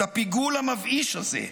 את הפיגול המבאיש הזה,